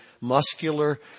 muscular